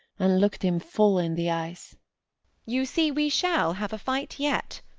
and looked him full in the eyes you see, we shall have a fight yet.